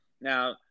Now